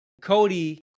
Cody